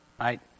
Right